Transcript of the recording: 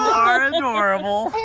are adorable!